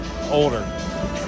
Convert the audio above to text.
older